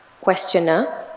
Questioner